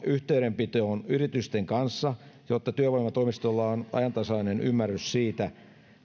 yhteydenpitoon yritysten kanssa jotta työvoimatoimistoilla on ajantasainen ymmärrys siitä